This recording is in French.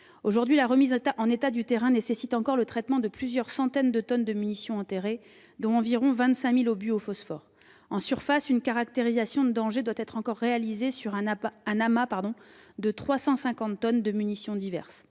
Aujourd'hui, la remise en état du terrain nécessite encore le traitement de plusieurs centaines de tonnes de munitions enterrées, dont environ 25 000 obus au phosphore. En surface, une caractérisation de danger doit encore être réalisée sur un amas de 350 tonnes de munitions diverses.